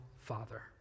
Father